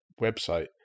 website